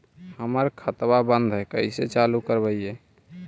हमर खतवा बंद है कैसे चालु करवाई?